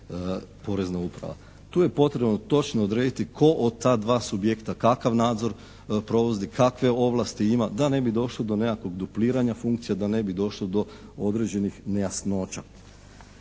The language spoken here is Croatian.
Tu je potrebno točno odrediti tko od ta dva subjekta, kakav nadzor provodi, kakve ovlasti ima da ne bi došlo do nekakvog dupliranja funkcije, da ne bi došlo do određenih nejasnoća.